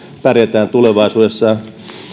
pärjätään tulevaisuudessa